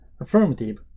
affirmative